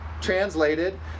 translated